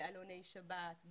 בעלוני שבת,